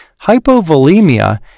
Hypovolemia